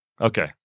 Okay